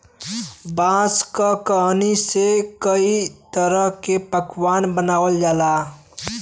बांस क टहनी से कई तरह क पकवान बनावल जाला